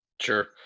Sure